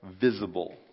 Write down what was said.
visible